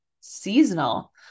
seasonal